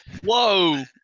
Whoa